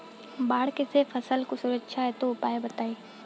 बाढ़ से फसल के सुरक्षा हेतु कुछ उपाय बताई?